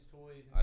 toys